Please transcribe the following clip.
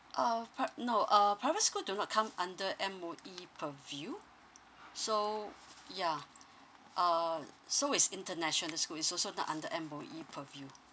uh pri~ no uh private school do not come under M_O_E purview so yeah uh so is international school is also not under M_O_E purview